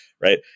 right